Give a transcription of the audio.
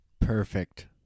Perfect